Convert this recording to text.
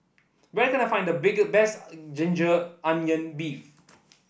where can I find the big best ginger onion beef